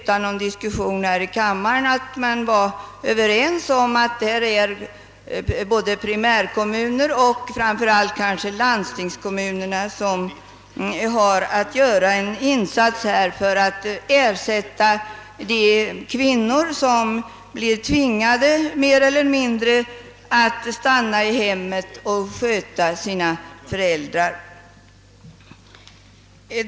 Man var då överens om att såväl primärkommunerna som — och kanske framför allt — landstingskommunerna bör göra en insats för att bereda möjlighet till ersättning åt de kvinnor som blir mer eller mindre tvingade att stanna kvar i föräldrahemmet och sköta sina gamla föräldrar.